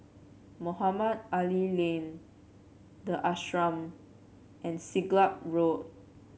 Mohamed Ali Lane the Ashram and Siglap Road